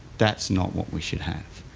that's not what we should have.